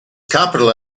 capital